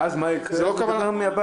אבל הציבור ישפוט אותם.